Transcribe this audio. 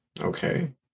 Okay